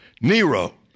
Nero